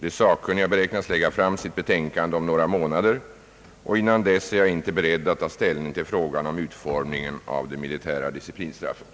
De sakkunniga beräknas lägga fram sitt betänkande om några månader, Innan dess är jag inte beredd att ta ställning till frågan om utformningen av det militära disciplinstraffet.